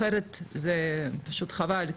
אחרת זה פשוט חבל,